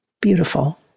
Beautiful